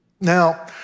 Now